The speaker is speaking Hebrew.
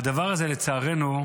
והדבר הזה, לצערנו,